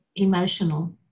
Emotional